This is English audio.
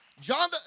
John